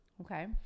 Okay